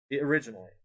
originally